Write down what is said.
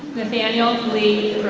nathaniel lee